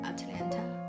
Atlanta